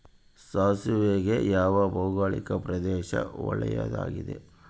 ಸಾಸಿವೆಗೆ ಯಾವ ಭೌಗೋಳಿಕ ಪ್ರದೇಶ ಒಳ್ಳೆಯದಾಗಿದೆ?